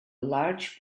large